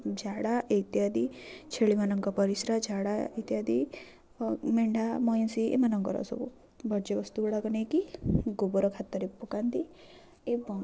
ଝାଡ଼ା ଇତ୍ୟାଦି ଛେଳି ମାନଙ୍କ ପରିସ୍ରା ଝାଡ଼ା ଇତ୍ୟାଦି ମେଣ୍ଢା ମଇଁଷି ଏମାନଙ୍କର ସବୁ ବର୍ଜ୍ୟବସ୍ତୁ ଗୁଡ଼ାକ ନେଇକି ଗୋବର ଖାତରେ ପକାନ୍ତି ଏବଂ